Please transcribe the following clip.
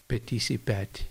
petys į petį